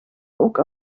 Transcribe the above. ook